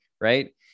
right